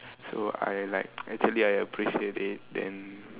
so I like actually I appreciate it then